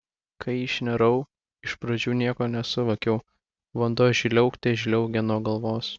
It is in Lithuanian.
kai išnirau iš pradžių nieko nesuvokiau vanduo žliaugte žliaugė nuo galvos